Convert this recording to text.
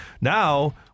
Now